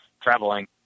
traveling